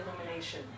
illumination